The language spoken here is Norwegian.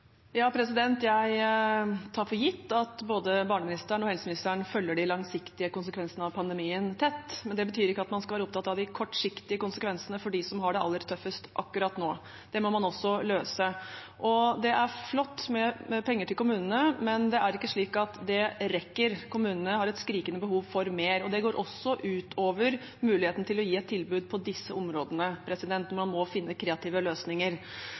Jeg tar for gitt at både barneministeren og helseministeren følger de langsiktige konsekvensene av pandemien tett, men det betyr ikke at man ikke skal være opptatt av de kortsiktige konsekvensene for dem som har det aller tøffest akkurat nå. Det må man også løse. Det er flott med penger til kommunene, men det er ikke slik at det rekker. Kommunene har et skrikende behov for mer. Det går også ut over muligheten til å gi et tilbud på disse områdene. Man må finne kreative løsninger.